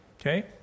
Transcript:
Okay